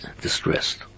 distressed